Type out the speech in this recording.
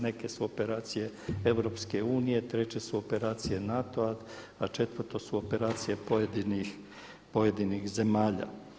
Neke su operacije EU, treće su operacije NATO-a a četvrto su operacije pojedinih zemalja.